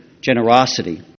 generosity